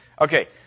Okay